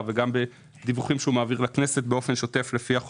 ב-2019 וגם בדיווחים שהוא מעביר לכנסת באופן שוטף לפי החוק,